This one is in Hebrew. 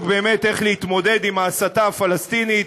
באמת איך להתמודד עם ההסתה הפלסטינית.